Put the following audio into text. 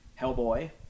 Hellboy